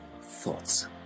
Thoughts